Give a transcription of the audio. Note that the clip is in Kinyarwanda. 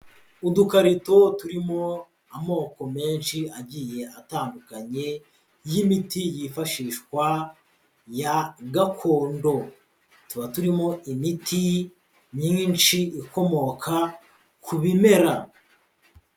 Udukarito turimo amoko menshi agiye atandukanye y'imiti yifashishwa ya gakondo, tuba turimo imiti myinshi ikomoka ku bimera.